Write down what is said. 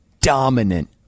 dominant